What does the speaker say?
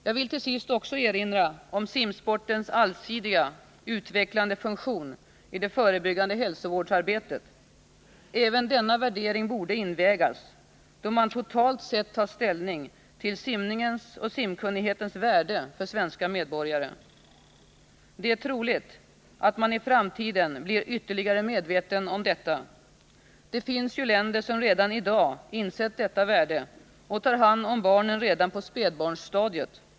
Jag vill till sist också erinra om simsportens allsidiga, utvecklande funktion i det förebyggande hälsovårdsarbetet. Även denna värdering borde invägas, då man totalt sett tar ställning till simningens och simkunnighetens värde för svenska medborgare. Det är troligt att man i framtiden blir ytterligare medveten om detta. Det finns länder som redan i dag insett detta värde och som tar hand om barnen redan på spädbarnsstadiet.